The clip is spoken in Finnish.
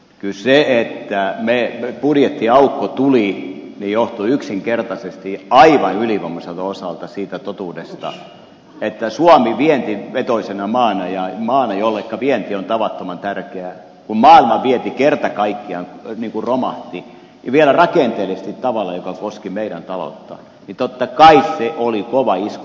se että budjettiaukko tuli johtui yksinkertaisesti aivan ylivoimaiselta osalta siitä totuudesta että suomelle vientivetoisena maana ja maana jolleka vienti on tavattoman tärkeä kun maailman vienti kerta kaikkiaan romahti vielä rakenteellisesti tavalla joka koski meidän talouttamme totta kai se oli kova isku